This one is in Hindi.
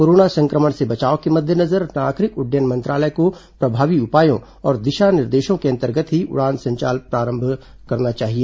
कोरोना संक्रमण से बचाव के मद्देनजर नागरिक उड्डयन मंत्रालय को प्रभावी उपायों और दिशा निर्देशों के अंतर्गत ही उड़ान संचालन प्रारंभ करना चाहिए